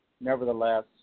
nevertheless